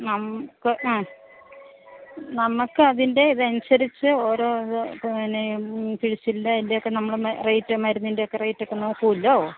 നമുക്ക് ആ നമുക്കതിൻ്റെ ഇതനുസരിച്ച് ഓരോ ഇത് പിന്നെ കിഴച്ചിൽൻ്റെ അതിൻ്റെ ഒക്കെ നമ്മളൊന്ന് റേറ്റ് മരുന്നിൻ്റെയൊക്കെ റേറ്റൊക്കെ നോക്കൂലോ